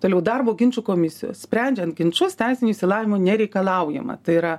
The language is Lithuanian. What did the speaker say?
toliau darbo ginčų komisijos sprendžiant ginčus teisinio išsilavinimo nereikalaujama tai yra